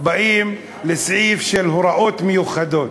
באים לסעיף של הוראות מיוחדות.